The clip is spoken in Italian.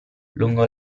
lungo